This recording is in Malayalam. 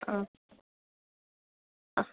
ആ